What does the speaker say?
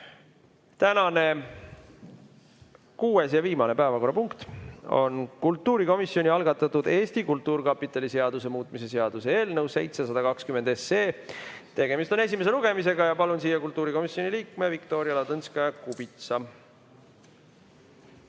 Tänane kuues ja viimane päevakorrapunkt on kultuurikomisjoni algatatud Eesti Kultuurkapitali seaduse muutmise seaduse eelnõu 720, tegemist on esimese lugemisega. Palun siia kultuurikomisjoni liikme Viktoria Ladõnskaja-Kubitsa.